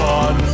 on